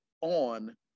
on